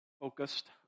focused